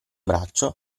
braccio